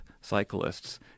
cyclists